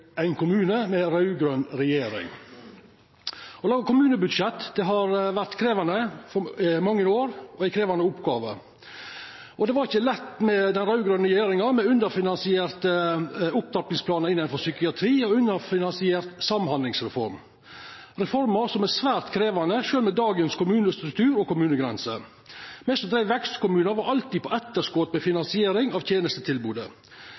ein kommune med ei raud-grøn regjering. Å laga kommunebudsjett har i mange år vore ei krevjande oppgåve. Det var ikkje lett med den raud-grøne regjeringa, med underfinansierte opptrappingsplanar innanfor psykiatri og ei underfinansiert samhandlingsreform, reformer som er svært krevjande sjølv med dagens kommunestruktur og kommunegrenser. Me som dreiv vekstkommunar, var alltid på etterskott med finansiering av tenestetilbodet.